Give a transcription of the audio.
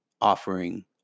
offering